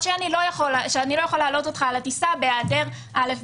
שאני לא יכול להעלות אותך לטיסה בהיעדר א',